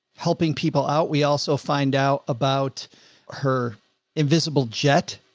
helping people out. we also find out about her invisible jet,